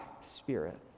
spirit